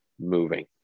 moving